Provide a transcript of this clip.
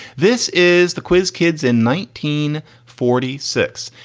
this is the quiz kids in nineteen forty six.